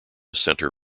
center